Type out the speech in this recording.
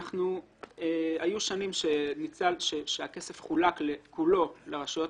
היו שנים שהכסף חולק כולו לרשויות